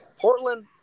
portland